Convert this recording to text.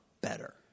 better